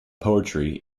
poetry